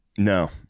No